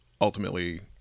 ultimately